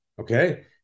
Okay